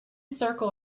circle